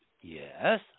Yes